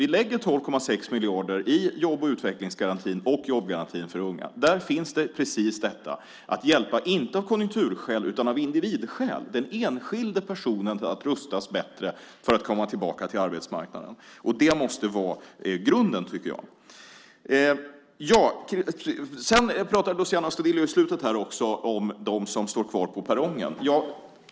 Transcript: Vi lägger 12,6 miljarder kronor i jobb och utvecklingsgarantin och jobbgarantin för unga. Där finns precis detta med att hjälpa inte av konjunkturskäl utan av individskäl. Den enskilde personen ska rustas bättre för att komma tillbaka till arbetsmarknaden. Det måste vara grunden, tycker jag. Sedan pratade Luciano Astudillo i slutet om dem som står kvar på perrongen.